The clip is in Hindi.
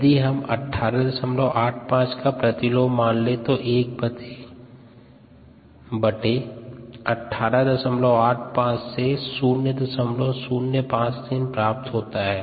यदि हम 1885 का प्रतिलोम मान ले तो 11885 से 0053 प्राप्त होता हैं